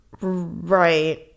Right